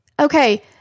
okay